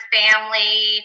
family